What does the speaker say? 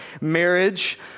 marriage